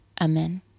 Amen